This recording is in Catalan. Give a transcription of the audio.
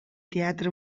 teatre